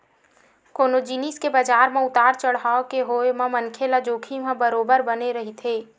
कोनो जिनिस के बजार म उतार चड़हाव के होय म मनखे ल जोखिम ह बरोबर बने रहिथे